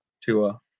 Tua